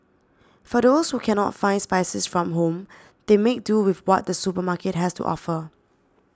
for those who cannot find spices from home they make do with what the supermarket has to offer